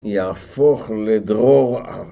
יהפוך לדרור.